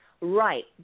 Right